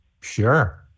Sure